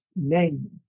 Name